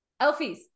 Elfies